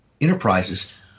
enterprises